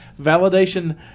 Validation